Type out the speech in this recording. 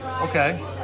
Okay